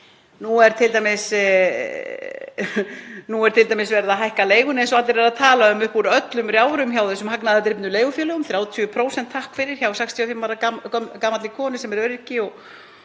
Nú er t.d. verið að hækka leiguna, eins og allir eru að tala um, upp úr öllum rjáfrum hjá þessum hagnaðardrifnu leigufélögum, 30%, takk fyrir, hjá 65 ára gamalli konu sem er öryrki